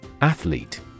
Athlete